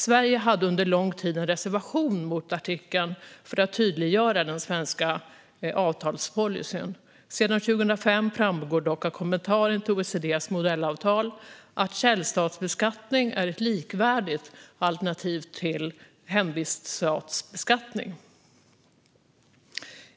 Sverige hade under lång tid en reservation mot artikeln för att tydliggöra den svenska avtalspolicyn. Sedan 2005 framgår dock av kommentaren till OECD:s nya modellavtal att källstatsbeskattning är ett likvärdigt alternativ till hemviststatsbeskattning.